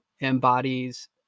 embodies